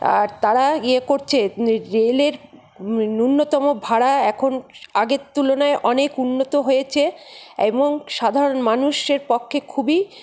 আর তারা ইয়ে করছে রেলের ন্যূন্যতম ভাড়া এখন আগের তুলনায় অনেক উন্নত হয়েছে এবং সাধারণ মানুষের পক্ষে খুবই